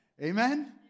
Amen